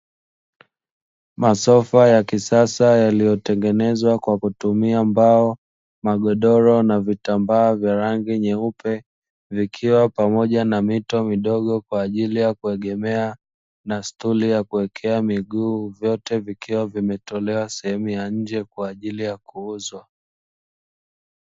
Masofa ya kisasa yaliyotengenezwa kwa kutumia mbao, magodoro na vitambaa vya rangi nyeupe, vikiwa pamoja na mito midogo na stuli za kuwekea miguu vyote vikiwa vimetolewa sehemu ya nje kwa ajili ya kuuzwa.